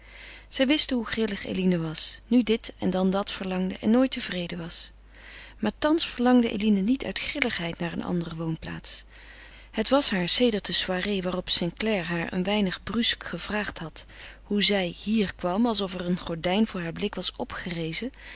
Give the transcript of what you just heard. zij wisten hoe grillig eline was nu dit en dan dat verlangde en nooit tevreden was maar thans verlangde eline niet uit grilligheid naar een andere woonplaats het was haar sedert de soirée waarop st clare haar een weinig brusk gevraagd had hoe zij hier kwam alsof er een gordijn voor haar blik was opgerezen